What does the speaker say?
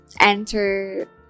enter